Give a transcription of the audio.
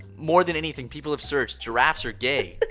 more than anything people have searched giraffes are gay.